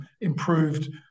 improved